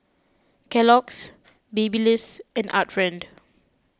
Kellogg's Babyliss and Art Friend